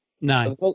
Nine